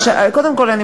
קודם כול,